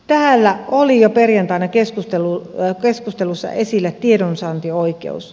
täällä oli jo perjantaina keskustelussa esillä tiedonsaantioikeus